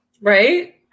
Right